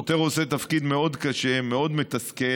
שוטר עושה תפקיד מאוד קשה, מאוד מתסכל,